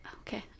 Okay